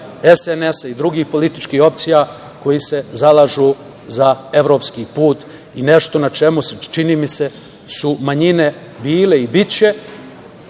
SNS i drugih političkih opcija koje se zalažu za evropski put i nešto na čemu su, čini mi se, manjine bile i biće,